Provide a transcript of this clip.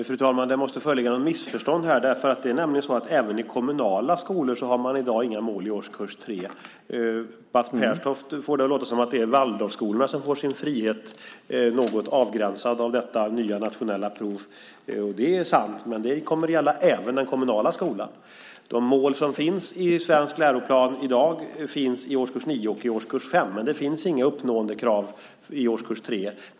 Fru talman! Det måste föreligga ett missförstånd här. Det är nämligen så att i kommunala skolor har man inte heller i dag några mål i årskurs 3. Mats Pertoft får det att låta som att det är Waldorfskolan som får sin frihet något avgränsad av detta nya nationella prov. Det är sant, men det kommer att gälla även den kommunala skolan. De mål som finns i svensk läroplan i dag finns i årskurs 9 och årskurs 5. Det finns inga uppnåendekrav i årskurs 3.